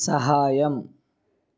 సహాయం